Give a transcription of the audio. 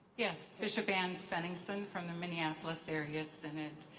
yes, bishop ann svenningson from the minneapolis area synod.